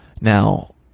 now